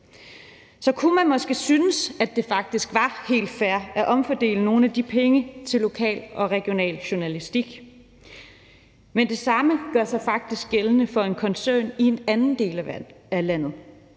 Så kunne man måske synes, at det faktisk var helt fair at omfordele nogle af de penge til lokal og regional journalistik, men det samme gør sig faktisk gældende for en koncern i en anden del af landet,